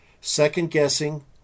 Second-guessing